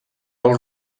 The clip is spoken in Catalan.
del